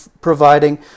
providing